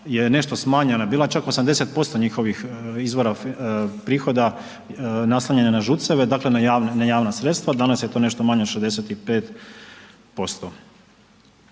je nešto smanjena, bila je čak 80% njihovih izvora prihoda naslonjene na ŽUC-eve, dakle na javna, na javna sredstva, danas je to nešto manje od 65%.